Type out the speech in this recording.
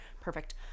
perfect